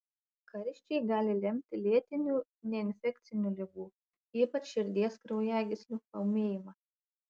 karščiai gali lemti lėtinių neinfekcinių ligų ypač širdies kraujagyslių paūmėjimą